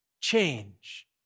change